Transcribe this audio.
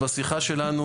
בשיחה שלנו,